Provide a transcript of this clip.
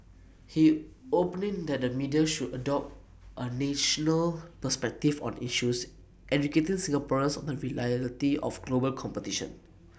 he opined that the media should adopt A national perspective on issues educating Singaporeans on the reality of global competition